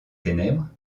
ténèbres